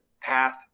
path